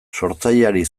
sortzaileari